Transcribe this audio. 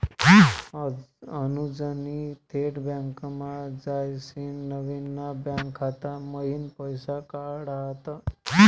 अनुजनी थेट बँकमा जायसीन नवीन ना बँक खाता मयीन पैसा काढात